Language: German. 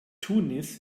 tunis